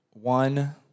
One